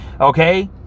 Okay